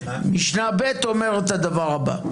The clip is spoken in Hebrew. משנה ב' אומרת את הדבר הבא: